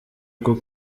bwo